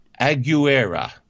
Aguera